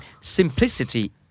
Simplicity